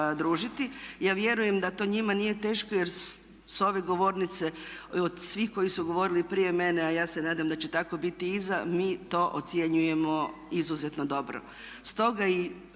Ja vjerujem da to njima nije teško jer s ove govornice od svih koji su govorili prije mene a ja se nadam da će tako biti iza mi to ocjenjujemo izuzetno dobro.